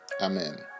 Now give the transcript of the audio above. Amen